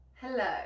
Hello